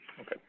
Okay